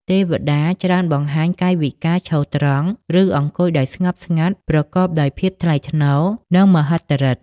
ទេវតា ច្រើនបង្ហាញ កាយវិការឈរត្រង់ ឬអង្គុយដោយស្ងប់ស្ងាត់ ប្រកបដោយភាពថ្លៃថ្នូរ និងមហិទ្ធិឫទ្ធិ។